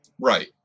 Right